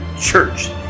church